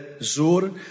zur